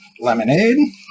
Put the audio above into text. lemonade